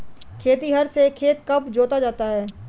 खेतिहर से खेत कब जोता जाता है?